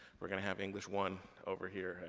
we're gonna have english one over here